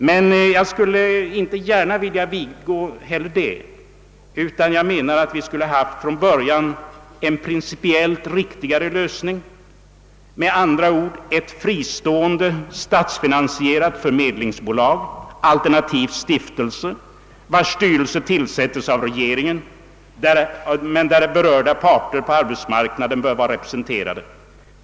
Men jag vill faktiskt inte gärna vidgå ens detta, utan jag me nar att vi från början skulle ha genomfört en principiellt riktigare lösning — med andra ord ett fristående statsfinansierat förmedlingsbolag, alternativt en stiftelse, vars styrelse tillsätts av regeringen men där berörda parter på arbetsmarknaden bör vara representerade.